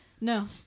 No